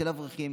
של אברכים,